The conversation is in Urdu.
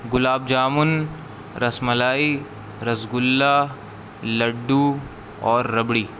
گلاب جامن رس ملائی رسگلا لڈو اور ربڑی